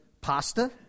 pasta